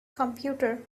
computer